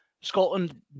Scotland